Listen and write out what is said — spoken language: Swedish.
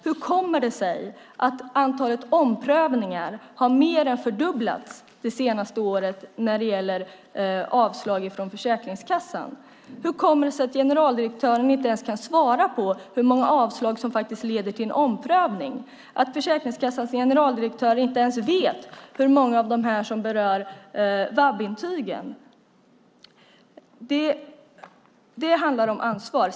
Hur kommer det sig till exempel att antalet omprövningar har mer än fördubblats det senaste året när det gäller avslag från Försäkringskassan? Hur kommer det sig att generaldirektören inte ens kan svara på hur många avslag som leder till omprövning? Hur kommer det sig att Försäkringskassans generaldirektör inte ens vet hur många av dem som berör VAB-intygen? Det handlar om ansvar.